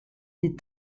des